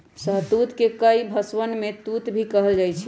शहतूत के कई भषवन में तूत भी कहल जाहई